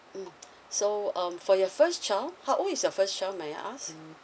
mm so um for your first child how old is your first child may I ask